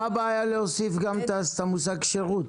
מה הבעיה להוסיף את המושג "שירות"?